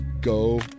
go